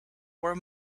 were